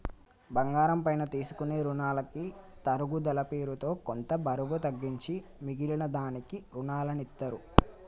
బంగారం పైన తీసుకునే రునాలకి తరుగుదల పేరుతో కొంత బరువు తగ్గించి మిగిలిన దానికి రునాలనిత్తారు